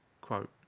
Quote